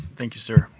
thank you, sir.